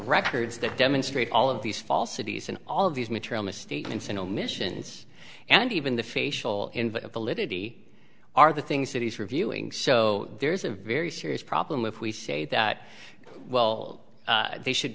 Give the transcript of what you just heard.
records that demonstrate all of these falsities and all of these material misstatements and omissions and even the facial invincibility are the things that he's reviewing so there's a very serious problem if we say that well they should